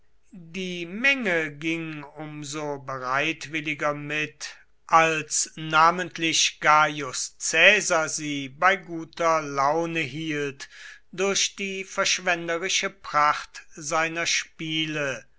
die menge ging um so bereitwilliger mit als namentlich gaius caesar sie bei guter laune hielt durch die verschwenderische pracht seiner spiele